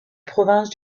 province